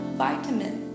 vitamin